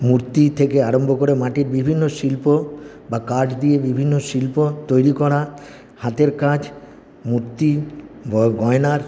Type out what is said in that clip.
মূর্তি থেকে আরম্ভ করে মাটির বিভিন্ন শিল্প বা কাঠ দিয়ে বিভিন্ন শিল্প তৈরি করা হাতের কাজ মূর্তি গয় গয়নার